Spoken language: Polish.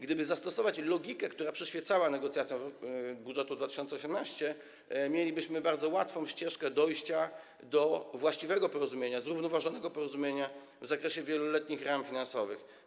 Gdyby zastosować logikę, która przyświecała negocjacjom dotyczącym budżetu 2018 r., mielibyśmy bardzo łatwą ścieżkę dojścia do właściwego porozumienia, zrównoważonego porozumienia w zakresie wieloletnich ram finansowych.